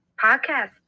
podcast